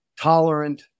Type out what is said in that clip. tolerant